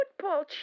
football